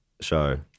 show